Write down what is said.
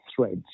threads